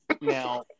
Now